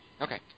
Okay